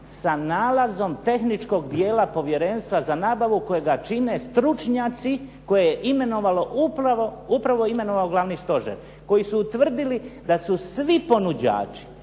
sa nalazom tehničkog dijela Povjerenstva za nabavu kojega čine stručnjaci kojega je imenovalo upravo, upravo imenovao Glavni stožer. Koji su utvrdili da su svi ponuđači